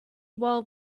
while